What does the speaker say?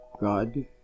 God